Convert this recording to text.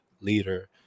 leader